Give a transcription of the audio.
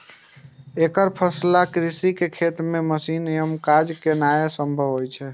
एकफसला कृषि मे खेत पर मशीन सं काज केनाय संभव होइ छै